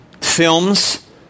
films